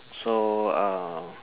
so um